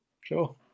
Sure